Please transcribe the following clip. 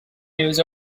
years